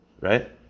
right